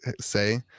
say